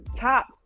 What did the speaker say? top